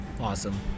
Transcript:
Awesome